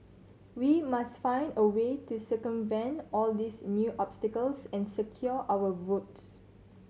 we must find a way to circumvent all these new obstacles and secure our votes